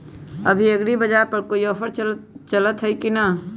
अभी एग्रीबाजार पर कोई ऑफर चलतई हई की न?